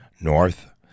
north